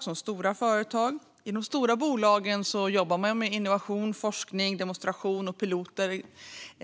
som stora företag. I de stora bolagen jobbar man med innovation, forskning, demonstration och piloter.